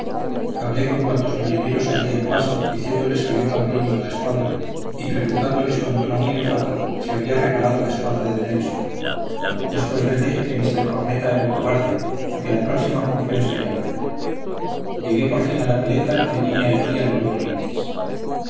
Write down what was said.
hablé con cuantos marineros hallé al paso diciéndoles que yo también iba a la escuadra y preguntándoles con tono muy enfático si había recalado la escuadra de nelson después les dije que mr corneta era un cobarde y que la próxima función sería buena llegué por fin a la caleta y allí mi alegría no tuvo límites